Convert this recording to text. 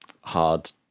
hard